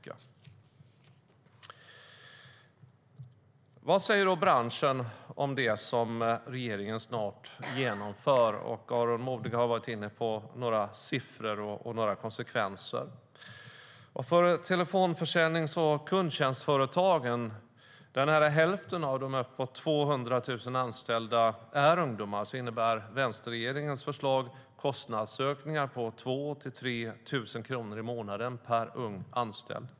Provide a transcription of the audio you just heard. Vad säger då branschen om det som regeringen snart genomför? Aron Modig har varit inne på några siffor och konsekvenser. För telefonförsäljnings och kundtjänstföretagen, där nära hälften av de uppåt 200 000 anställda är ungdomar, innebär vänsterregeringens förslag kostnadsökningar på 2 000-3 000 kronor i månaden per ung anställd.